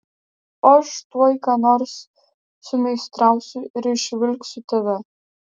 aš tuoj ką nors sumeistrausiu ir išvilksiu tave